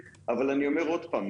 אבל אני אומר עוד פעם,